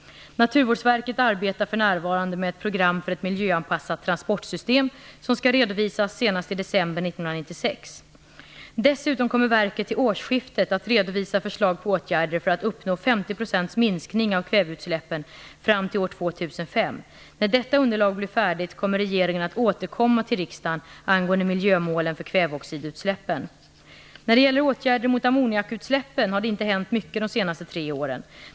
Naturvårdsverket arbetar för närvarande med ett program för ett miljöanpassat transportsystem som skall redovisas senast i december 1996. Dessutom kommer verket till årsskiftet att redovisa förslag på åtgärder för att uppnå 50 % minskning av kväveutsläppen fram till år 2005. När detta underlag blir färdigt kommer regeringen att återkomma till riksdagen angående miljömålen för kväveoxidutsläppen. När det gäller åtgärder mot ammoniakutsläppen har det inte hänt mycket de senaste tre åren.